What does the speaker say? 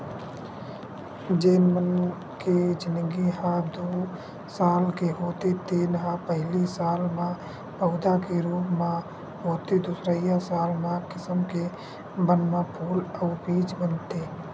जेन बन के जिनगी ह दू साल के होथे तेन ह पहिली साल म पउधा के रूप म होथे दुसरइया साल म ए किसम के बन म फूल अउ बीज बनथे